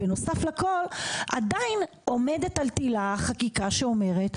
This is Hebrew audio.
ונוסף לכל עדיין עומדת על תילה החקיקה שאומרת,